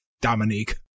Dominique